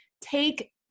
take